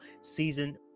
season